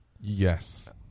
Yes